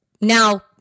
now